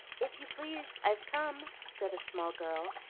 if you please, i've come, said a small girl,